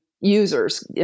Users